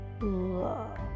love